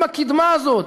עם הקדמה הזאת,